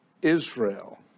Israel